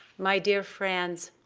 my dear friends,